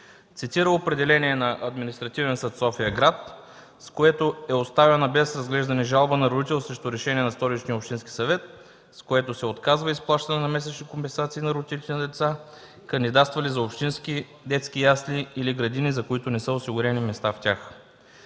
Цитира определение на Административен съд – София-град, с което е оставена без разглеждане жалба на родител срещу решение на Столичния общински съвет, с което се отказва изплащане на месечни компенсации на родителите на деца, кандидатствали за общински детски ясли или градини, за които не са осигурени места в тях.